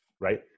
right